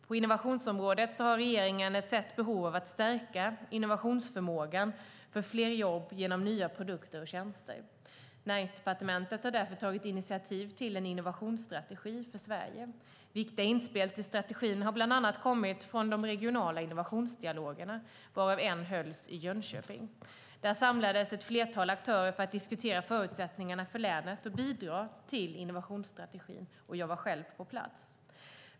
På innovationsområdet har regeringen sett behov av att stärka innovationsförmågan för fler jobb genom nya produkter och tjänster. Näringsdepartementet har därför tagit initiativ till en innovationsstrategi för Sverige. Viktiga inspel till strategin har bland annat kommit från de regionala innovationsdialogerna, varav en hölls i Jönköping. Där samlades ett flertal aktörer för att diskutera förutsättningarna för länet och bidra till innovationsstrategin. Jag var själv på plats.